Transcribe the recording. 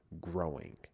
growing